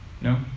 No